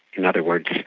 in other words,